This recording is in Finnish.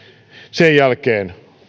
sen jälkeen